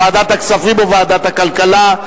ועדת הכספים או ועדת הכלכלה.